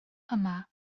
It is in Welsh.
yma